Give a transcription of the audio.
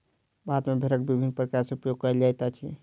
भारत मे भेड़क विभिन्न प्रकार सॅ उपयोग कयल जाइत अछि